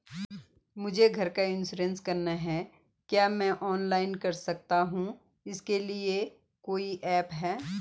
मुझे घर का इन्श्योरेंस करवाना है क्या मैं ऑनलाइन कर सकता हूँ इसके लिए कोई ऐप है?